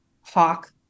hawk